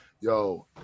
Yo